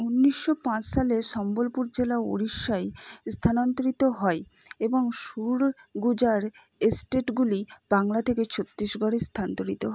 ঊনিশশো পাঁচ সালে সম্বলপুর জেলা উড়িষ্যায় স্থানান্তরিত হয় এবং সুরগুজার এস্টেটগুলি বাংলা থেকে ছত্তিশগড়ে স্থানান্তরিত হয়